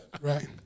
right